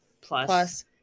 plus